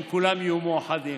אם כולם יהיו מאוחדים.